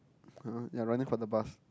!huh! they're running for the bus